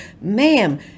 ma'am